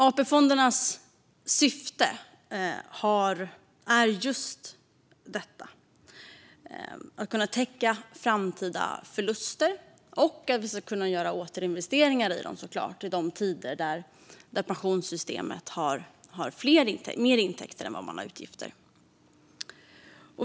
AP-fondernas syfte är just att täcka framtida förluster, och vi ska såklart kunna göra återinvesteringar i dem i tider då pensionssystemet har mer intäkter än utgifter.